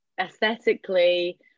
aesthetically